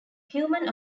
human